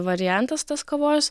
variantas tos kavos